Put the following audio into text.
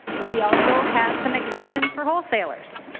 we also have some exceptions for wholesalers.